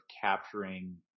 capturing